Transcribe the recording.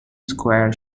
square